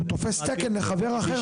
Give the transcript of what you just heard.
הוא תופס תקן לחבר שלו.